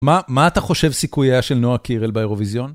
מה, מה אתה חושב סיכויה של נועה קירל באירוויזיון?